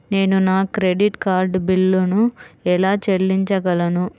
నేను నా credit card బిల్లును ఎలా చెల్లించగలను?